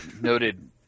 Noted